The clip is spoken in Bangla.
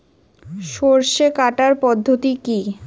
সরষে কাটার পদ্ধতি কি?